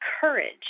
courage